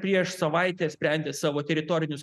prieš savaitę sprendė savo teritorinius